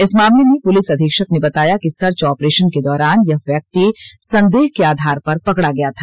इस मामले में पुलिस अधीक्षक ने बताया कि सर्च ऑपरेशन के दौरान यह व्यक्ति संदेह के आधार पर पकड़ा गया था